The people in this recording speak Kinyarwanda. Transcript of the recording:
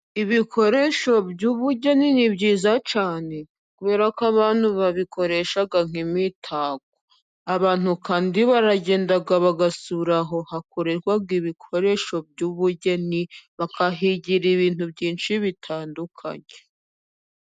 Ibikoresho by'ubugeni ni byiza cyane kubera ko abantu babikoresha nk'imitako. Abantu kandi baragenda bagasura aho hakorerwa ibikoresho by'ubugeni bakahigira ibintu byinshi bitandukanye.